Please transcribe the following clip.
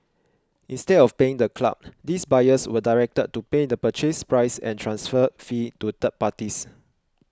instead of paying the club these buyers were directed to pay the Purchase Price and transfer fee to third parties